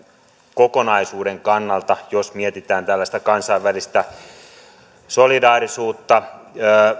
kokonaisuuden kannalta jos mietitään tällaista kansainvälistä solidaarisuutta